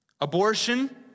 abortion